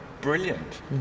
brilliant